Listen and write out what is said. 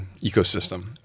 ecosystem